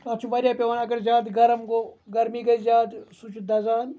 تَتھ چھُ واریاہ پیٚوان اَگَرزیاد گرم گوو گَرمی گے زیادٕ سُہ چھُ دَزان